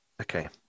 okay